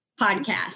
podcast